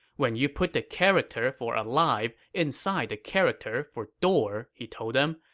when you put the character for alive inside the character for door, he told them,